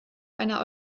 einer